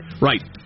Right